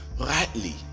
rightly